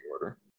order